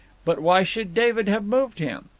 but why should david have moved him?